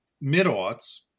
mid-aughts